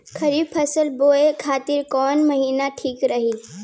खरिफ फसल बोए खातिर कवन महीना ठीक रही?